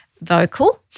vocal